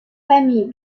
famille